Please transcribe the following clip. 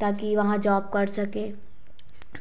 ताकि वहाँ जॉब कर सके